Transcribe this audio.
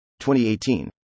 2018